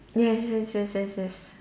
yes yes yes yes yes